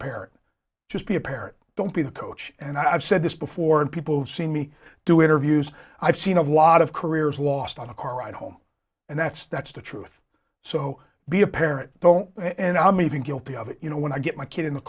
parent just be a parent don't be the coach and i've said this before and people have seen me do interviews i've seen of lot of careers lost on a car ride home and that's that's the truth so be a parent though and i'm even guilty you know when i get my kid in the